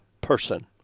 person